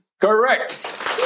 Correct